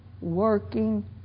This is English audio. working